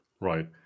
Right